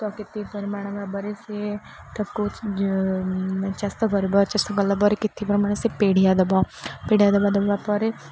ତ ପରିମାଣ ପରେ ସିଏ ତାକୁ ଚାଷ କରିବା ଚାଷ କଲା ପରେ ପରିମାଣ ସେ ପିଡ଼ିଆ ଦେବ ପିଡ଼ିଆ ଦେବା ଦେବା ପରେ